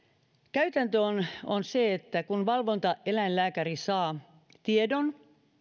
käytäntö on on se että kun valvontaeläinlääkäri saa tiedon